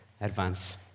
advance